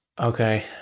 Okay